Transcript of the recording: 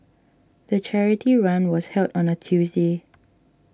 the charity run was held on a Tuesday